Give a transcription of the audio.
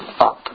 up